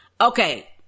Okay